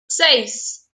seis